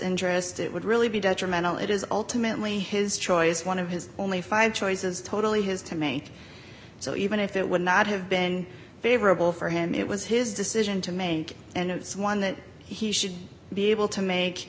interest it would really be detrimental it is ultimately his choice one of his only five choices totally his to me so even if it would not have been favorable for him it was his decision to make and it's one that he should be able to make